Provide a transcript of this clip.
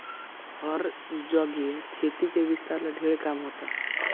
हर जगे खेती के विस्तार ला ढेर काम होता